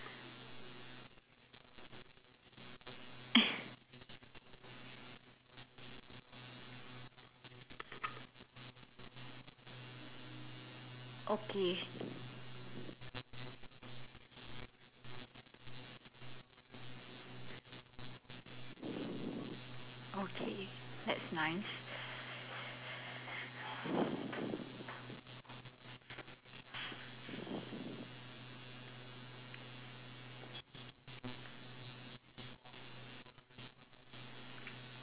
okay okay that's nice